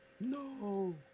No